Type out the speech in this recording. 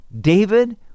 David